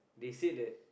they say that